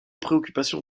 préoccupations